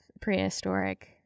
prehistoric